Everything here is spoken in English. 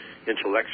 intellectual